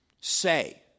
say